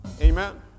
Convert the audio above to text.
Amen